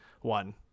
one